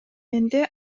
менде